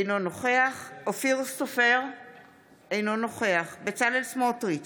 אינו נוכח אופיר סופר, אינו נוכח בצלאל סמוטריץ'